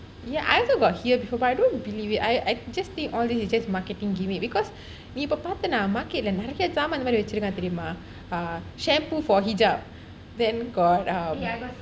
ya I also got hear before but I don't believe it I I just think all this is just marketing gimmick because நீ இப்போ பார்த்தன:nee ippo paartana market ல நிறைய ஜாமான் இந்த மாதிரி வச்சிருக்கான் தெரியுமா:la niraiya jamaan intha maathiri vachirukkaan theriyuma um shampoo for hijab then got err